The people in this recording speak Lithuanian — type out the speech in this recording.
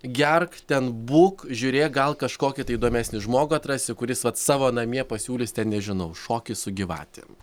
gerk ten būk žiūrėk gal kažkokį įdomesnį žmogų atrasi kuris vat savo namie pasiūlys ten nežinau šokį su gyvatėm